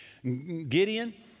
Gideon